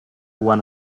one